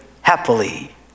happily